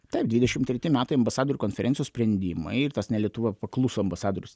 taip dvidešim treti metai ambasadorių konferencijos sprendimai ir tas na lietuva pakluso ambasadorius